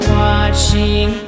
watching